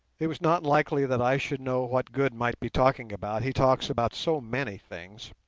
it was not likely that i should know what good might be talking about. he talks about so many things.